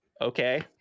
okay